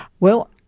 well,